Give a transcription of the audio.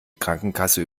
krankenkassen